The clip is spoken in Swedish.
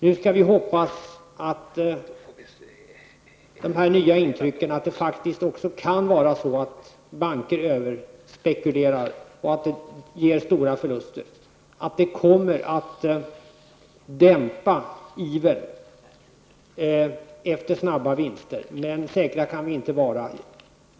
Nu skall vi hoppas att dessa nya uppgifter, om att även banker kan överspekulera med stora förluster som följd, kommer att dämpa ivern efter snabba vinster. Men vi kan inte vara säkra.